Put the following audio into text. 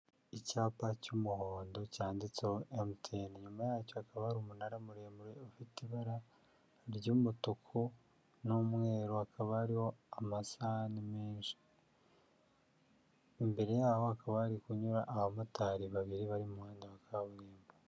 Icyapa cy'umuhondo cyanditseho MTN, inyuma yacyo hakaba ari umunara muremure ufite ibara ry'umutuku n'umweru, hakaba hari amasahani menshi imbere yaho hakaba hari kunyura abamotari babiri bari muhanda wa kaburimbo.